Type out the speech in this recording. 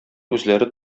үзләре